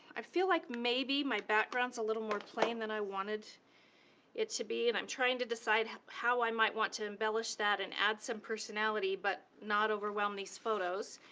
i feel like maybe my background is a little more plain than i wanted it to be, and i'm trying to decide how i might want to embellish that, and add some personality, but not overwhelm these photos.